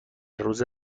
روز